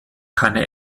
keine